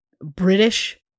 British